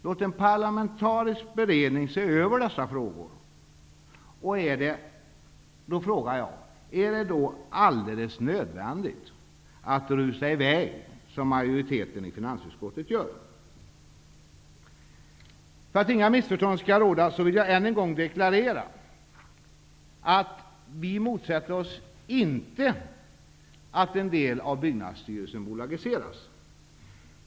Låt en parlamentarisk beredning se över dessa frågor. Jag undrar därför om det är helt nödvändigt att rusa i väg så som majoriteten i finansutskottet gör. För att inga missförstånd skall uppstå vill jag än en gång deklarera att vi inte motsätter oss att en del av Byggnadsstyrelsens verksamhet bolagiseras.